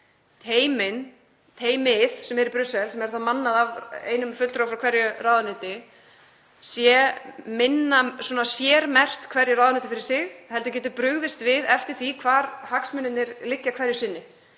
því að teymið sem er í Brussel, sem er mannað af einum fulltrúa frá hverju ráðuneyti, sé minna sérmerkt hverju ráðuneyti fyrir sig heldur geti brugðist við eftir því hvar hagsmunirnir liggja hverju sinni.